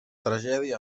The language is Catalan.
tragèdia